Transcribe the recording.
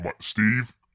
Steve